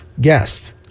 guest